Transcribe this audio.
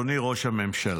אדוני ראש הממשלה,